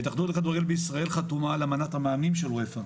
ההתאחדות לכדורגל בישראל חתומה על אמנת המאמנים של אופ"א,